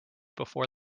before